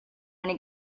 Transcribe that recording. wanna